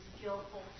skillful